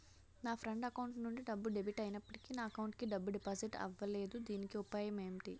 నా friend account నుండి డబ్బు డెబిట్ అయినప్పటికీ నా అకౌంట్ కి డబ్బు డిపాజిట్ అవ్వలేదుదీనికి ఉపాయం ఎంటి?